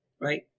Right